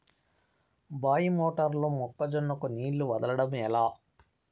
బాయి మోటారు లో మొక్క జొన్నకు నీళ్లు వదలడం ఎట్లా?